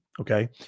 Okay